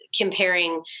comparing